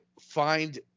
find